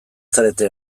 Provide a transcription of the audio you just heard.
zarete